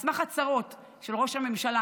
על סמך הצהרות של ראש הממשלה,